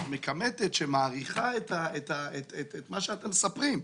מכמתת שמעריכה את מה שאתם מספרים.